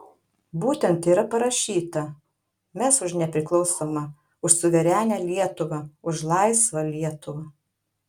būtent yra parašyta mes už nepriklausomą už suverenią lietuvą už laisvą lietuvą